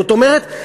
זאת אומרת,